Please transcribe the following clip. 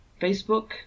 facebook